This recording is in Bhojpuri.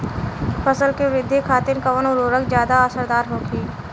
फसल के वृद्धि खातिन कवन उर्वरक ज्यादा असरदार होखि?